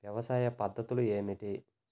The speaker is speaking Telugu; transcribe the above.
వ్యవసాయ పద్ధతులు ఏమిటి?